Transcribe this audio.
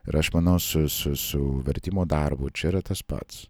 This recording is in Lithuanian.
ir aš manau su su su vertimo darbu čia yra tas pats